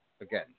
Again